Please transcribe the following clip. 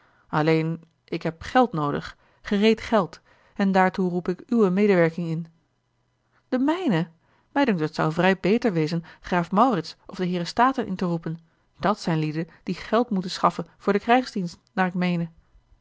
alleen ik heb geld noodig gereed geld en daartoe roep ik uwe medewerking in de mijne mij dunkt het zou vrij beter wezen graaf maurits of de heeren staten in te roepen dat zijn lieden die geld moeten schaffen voor den krijgsdienst naar ik meene